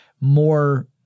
more